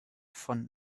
von